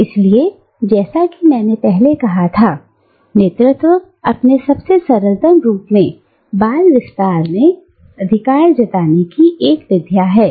इसलिए जैसा कि मैंने पहले कहा था नेतृत्व अपने सबसे सरल रूप में बात वास्तव में अधिकार जताने की एक विद्या है